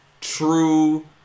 true